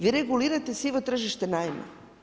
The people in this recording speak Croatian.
Vi regulirate sivo tržište najma.